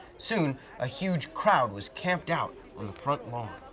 soon a huge crowd was camped out on the front lawn.